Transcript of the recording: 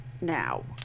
now